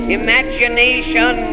imagination